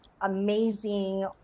amazing